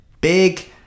big